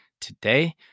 today